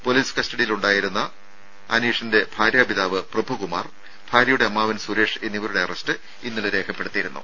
police കസ്റ്റഡിയിലുണ്ടായിരുന്ന അനീഷിന്റെ ഭാര്യാപിതാവ് പ്രഭുകുമാർ ഭാര്യയുടെ അമ്മാവൻ സുരേഷ് എന്നിവരുടെ അറസ്റ്റ് ഇന്നലെ രേഖപ്പെടുത്തിയിരുന്നു